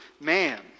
man